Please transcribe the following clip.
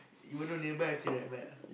even though nearby I still ride bike ah